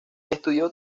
estudió